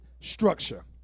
structure